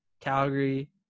Calgary